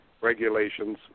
regulations